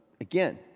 Again